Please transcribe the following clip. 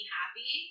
happy